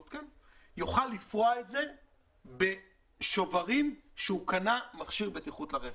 יוכל לפרוע אותם בשוברים שהוא קנה מכשיר בטיחות לרכב.